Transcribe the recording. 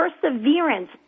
perseverance